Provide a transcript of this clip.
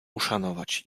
uszanować